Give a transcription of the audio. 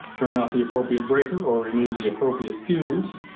turn off the appropriate breaker, or remove the appropriate fuse.